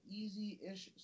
easy-ish